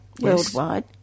worldwide